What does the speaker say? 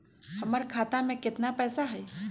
हमर खाता में केतना पैसा हई?